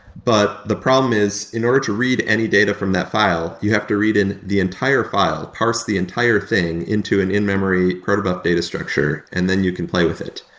but the problem is in order to read any data from that file, you have to read in the entire file, parse the entire thing into an in-memory proto buff data structure and then you can play with it.